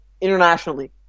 internationally